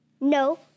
No